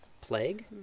Plague